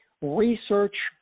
Research